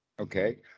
Okay